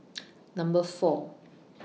Number four